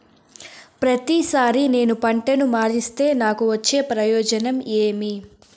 ప్రతిసారి నేను పంటను మారిస్తే నాకు వచ్చే ప్రయోజనం ఏమి?